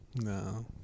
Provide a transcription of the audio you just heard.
No